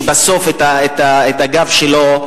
ובסוף הגב שלו,